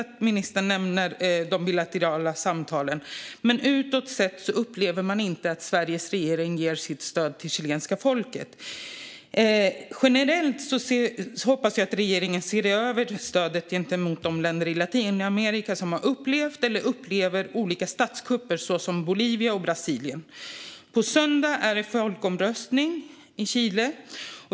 Ministern nämner de bilaterala samtalen, men utåt sett upplever man inte att Sveriges regering ger sitt stöd till chilenska folket. Generellt hoppas jag att regeringen ser över stödet till de länder i Latinamerika som har upplevt eller upplever olika statskupper, såsom Bolivia och Brasilien. På söndag är det folkomröstning i Chile.